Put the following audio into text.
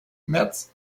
metz